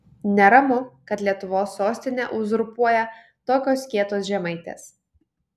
neramu kad lietuvos sostinę uzurpuoja tokios kietos žemaitės